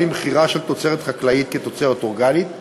למכירה של תוצרת חקלאית כתוצרת אורגנית,